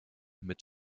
mit